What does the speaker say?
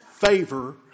Favor